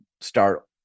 start